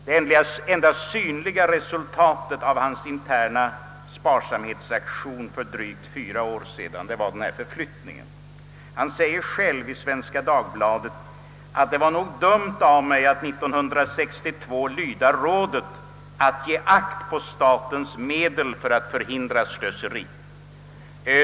Det enda synliga resultatet av hans interna sparsamhetsaktion för drygt fyra år sedan var denna förflyttning och han säger själv i Svenska Dagbladet: Det var nog dumt av mig att 1962 lyda rådet att ge akt på statens medel för att förhindra slöseri.